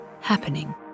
happening